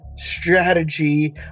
strategy